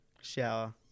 Shower